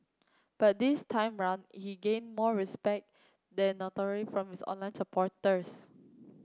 but this time round he gained more respect than from his online supporters